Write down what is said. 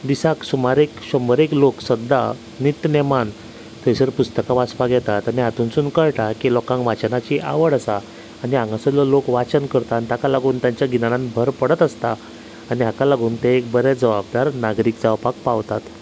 दिसाक सुमारेक शंबरेक लोक सद्दां नित्तनेमान थंयसर पुस्तकां वाचपाक येतात आनी हातूनसून कळटा की लोकांक वाचनाची आवड आसा आनी हांगासरलो लोक वाचन करता ताका लागून तांच्या गिज्ञान्यान भर पडत आसता आनी हाका लागून तें एक बरें जवाबदार नागरीक जावपाक पावतात